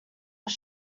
was